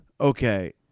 Okay